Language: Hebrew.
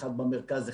אחד במרכז,